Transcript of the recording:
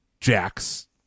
Jack's